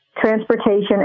transportation